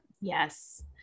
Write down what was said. Yes